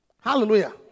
Hallelujah